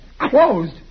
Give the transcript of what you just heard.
Closed